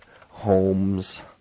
homes